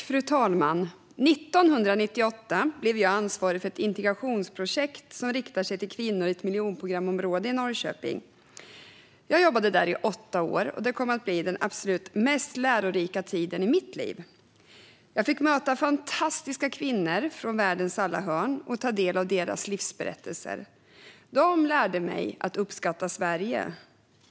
Fru talman! Jag blev 1998 ansvarig för ett integrationsprojekt som riktade sig till kvinnor i ett miljonprogramsområde i Norrköping. Jag jobbade där i åtta år, och det kom att bli den absolut mest lärorika tiden i mitt liv. Jag fick möta fantastiska kvinnor från världens alla hörn och ta del av deras livsberättelser. De lärde mig att uppskatta Sverige.